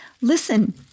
Listen